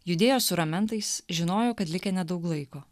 judėjo su ramentais žinojo kad likę nedaug laiko